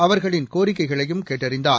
அவர்களின் கோரிக்கைகளையும் கேட்டறிந்தார்